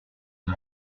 une